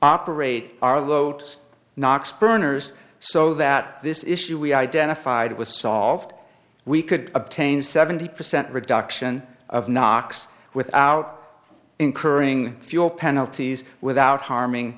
operate our loads nox burners so that this issue we identified was solved we could obtain seventy percent reduction of knocks without incurring fuel penalties without harming